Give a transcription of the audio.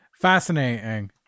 fascinating